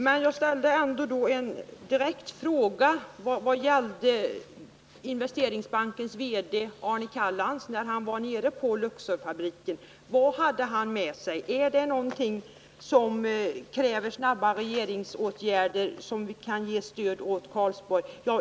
Men jag ställde ändå en direkt fråga, som gällde Investeringsbankens VD Arne Callans besök nere på Luxorfabriken. Vad hade han med sig? Var det någonting som kräver snabba regeringsåtgärder och som kan ge stöd åt Karlsborg?